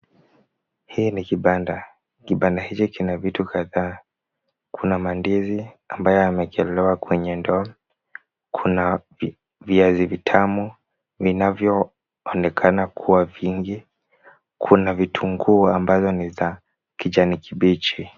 Hiki ni kibanda, kibanda hiki kina vitu kadhaa. Kuna mandizi ambayo yameekelewa kwenye ndoo ,kuna viazi vitamu vinavyonekana kuwa vingi ,kuna vitunguu ambavyo ni vya kijani kibichi.